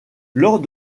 lors